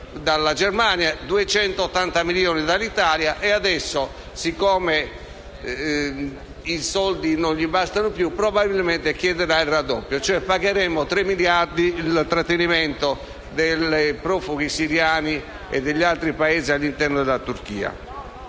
dalla Germania, 280 milioni dall'Italia e adesso, siccome i soldi non gli bastano più, probabilmente chiederà il raddoppio: pagheremo tre miliardi di euro il trattenimento dei profughi siriani e di altri Paesi all'interno della Turchia.